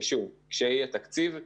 שוב, כשיהיה תקציב,